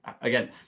again